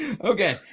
Okay